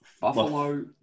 Buffalo